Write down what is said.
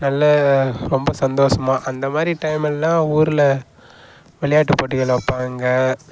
நல்ல ரொம்ப சந்தோஷமாக அந்த மாதிரி டைம்லெல்லாம் ஊர்ல விளையாட்டு போட்டிகள் வைப்பாங்க